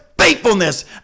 faithfulness